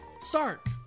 Stark